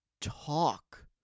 talk